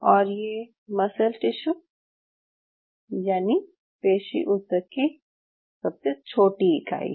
और ये muscle tissue यानि पेशी ऊतक की सबसे छोटी इकाई है